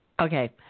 Okay